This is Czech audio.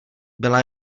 byla